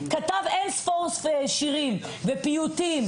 הוא כתב אין-ספור שירים ופיוטים,